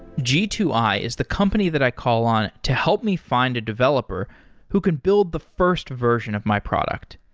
g two i is the company that i call on to help me find a developer who can build the first version of my product.